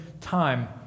time